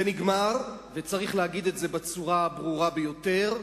זה נגמר וצריך להגיד את זה בצורה הברורה ביותר.